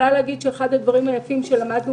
אחד הדברים היפים שלמדנו